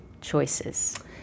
choices